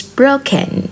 broken